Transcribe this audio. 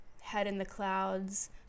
head-in-the-clouds